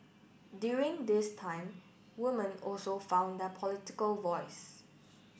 during this time woman also found their political voice